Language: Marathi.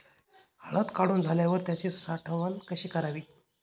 हळद काढून झाल्यावर त्याची साठवण कशी करावी?